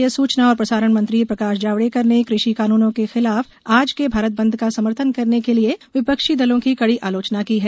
केन्द्रीय सूचना और प्रसारण मंत्री प्रकाश जावड़ेकर ने कृ षि कानूनों के खिलाफ आज के भारत बंद का समर्थन करने के लिए विपक्षी दलों की कडी आलोचना की है